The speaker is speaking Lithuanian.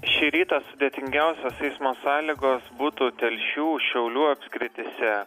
šį rytą sudėtingiausios eismo sąlygos būtų telšių šiaulių apskrityse